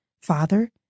Father